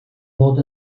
fod